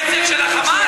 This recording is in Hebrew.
בתור יועצת של ה"חמאס"?